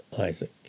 Isaac